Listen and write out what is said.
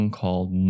called